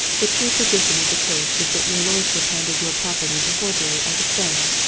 the true position of the case is that your lordship handed your property to horbury as a friend,